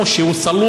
שהוא יטפל